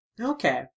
okay